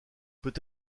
peut